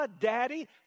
Daddy